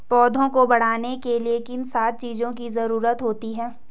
पौधों को बढ़ने के लिए किन सात चीजों की जरूरत होती है?